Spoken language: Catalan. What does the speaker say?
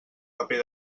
paper